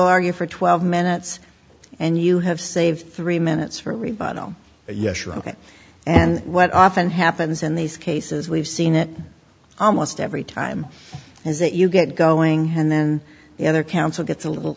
argue for twelve minutes and you have saved three minutes for rebuttal yes sure ok and what often happens in these cases we've seen it almost every time is that you get going and then the other council gets a little